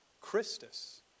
Christus